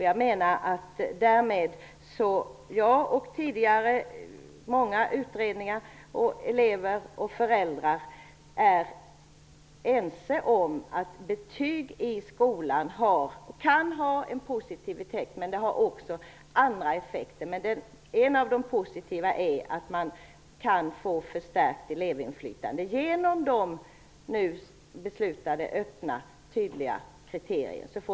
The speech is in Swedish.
Jag menar att jag, många elever och föräldrar och tidigare utredningar är ense om att betyg i skolan kan ha den positiva effekten - det finns även andra effekter - att man kan få förstärkt elevinflytande genom de öppna kriterier som det har fattats beslut om.